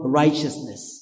righteousness